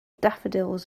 daffodils